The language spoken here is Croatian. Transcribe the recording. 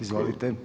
Izvolite.